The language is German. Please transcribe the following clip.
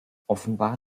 offenbar